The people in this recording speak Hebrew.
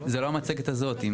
לא המצגת הזאת.